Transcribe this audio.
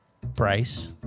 Bryce